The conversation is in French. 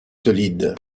solide